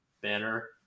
banner